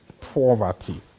Poverty